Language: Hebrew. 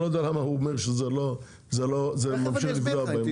אני לא יודע למה הוא אומר שזה ממשיך לפגוע בהם.